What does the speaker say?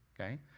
okay